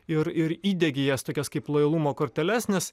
ir ir įdiegė jas tokias kaip lojalumo korteles nes